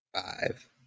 Five